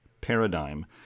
paradigm